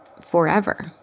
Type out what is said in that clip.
forever